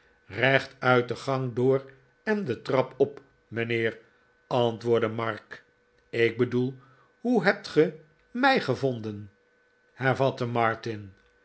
gekomeh rechtuit de gang door en de trap op mijnheer antwoordde mark ik bedoel hoe hebt ge mij gevonden